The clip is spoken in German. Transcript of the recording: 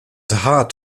tat